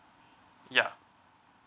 yup